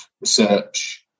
research